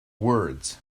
words